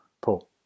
Paul